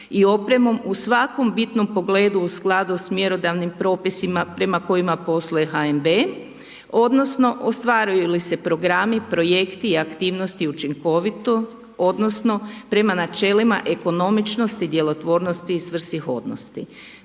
i opremom u svakom bitnom pogledu u skladu s mjerodavnim propisima prema kojima posluje HNB, odnosno ostvaruju li se programi, projekti i aktivnosti učinkovito, odnosno prema načelima ekonomičnosti, djelotvornosti i svrsishodnosti.